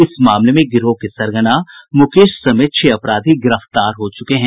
इस मामले में गिरोह के सरगना मुकेश समेत छह अपराधी गिरफ्तार हो चुके हैं